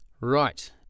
Right